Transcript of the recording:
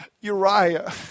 Uriah